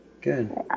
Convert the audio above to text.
Good